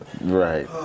Right